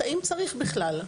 האם צריך בכלל.